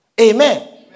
Amen